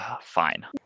Fine